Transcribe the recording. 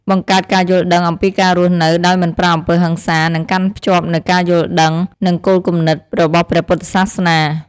បង្កើតការយល់ដឺងអំពីការរស់នៅដោយមិនប្រើអំពើហិង្សា និងកាន់ភ្ជាប់នូវការយល់ដឹង និងគោលគំនិត របស់ព្រះពុទ្ធសាសនា។